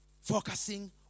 focusing